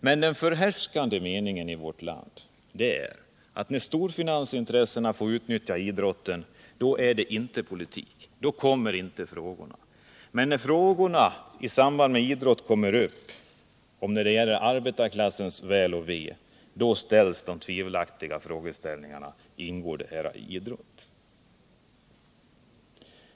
Men den förhärskande meningen i vårt land är att när storfinansintressena får utnyttja idrotten är det inte politik. Då ställs inte heller några frågor. Men sådana ställs om det i idrottssammanhang förs fram spörsmål som gäller arbetarklassen.